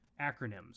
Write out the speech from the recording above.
acronyms